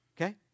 Okay